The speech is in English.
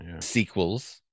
sequels